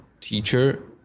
teacher